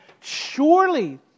Surely